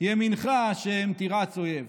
ימינך ה' תרעץ אויב".